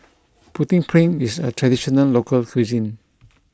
Putu Piring is a traditional local cuisine